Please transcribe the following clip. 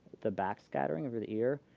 the back scattering over the ear.